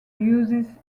uses